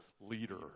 leader